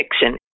fiction